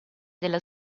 della